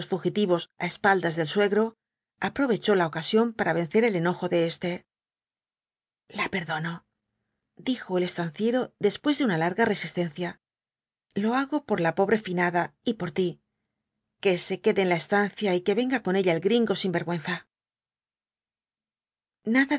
á espaldas del suegro aprovechó la ocasión para vencer el enojo de éste la perdono dijo el estanciero después de una larga resistencia lo hago por la pobre finada y por ti que se quede en la estancia y que venga con ella el gringo sinvergüenza nada